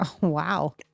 Wow